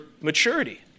maturity